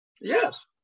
Yes